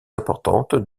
importantes